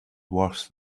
worse